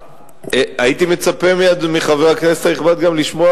הייתי מצפה מחבר הכנסת הנכבד גם לשמוע